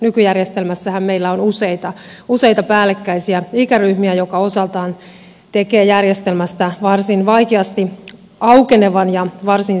nykyjärjestelmässähän meillä on useita päällekkäisiä ikäryhmiä mikä osaltaan tekee järjestelmästä varsin vaikeasti aukenevan ja varsin sekavan